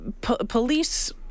police